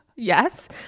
Yes